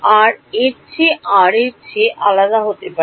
আর এর চেয়ে r এর চেয়ে আলাদা হতে পারে